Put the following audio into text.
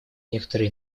некоторой